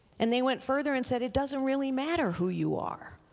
and they went further and said, it doesn't really matter who you are.